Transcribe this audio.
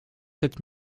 sept